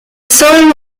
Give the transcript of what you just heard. soil